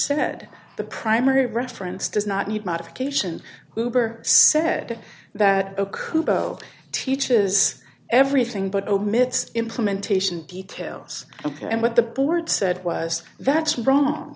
said the primary reference does not need modification guber said that okubo teaches everything but omits implementation details ok and what the board said was that's wrong